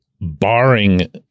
barring